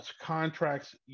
contracts